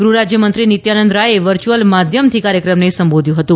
ગુફરાજ્યમંત્રી નિત્યાનંદ રાયે વરર્યુંઅલ માધ્યમથી કાર્યક્રમને સંબેધ્યું હતું